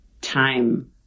time